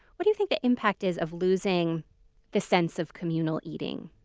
what do you think the impact is of losing the sense of communal eating?